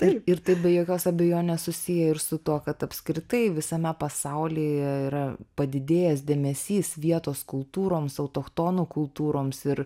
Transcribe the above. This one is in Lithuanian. tai ir taip be jokios abejonės susiję ir su tuo kad apskritai visame pasaulyje yra padidėjęs dėmesys vietos kultūroms autochtonų kultūroms ir